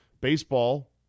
Baseball